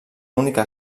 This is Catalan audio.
única